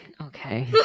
okay